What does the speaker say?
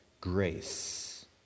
grace